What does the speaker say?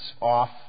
off